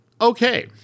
Okay